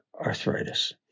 arthritis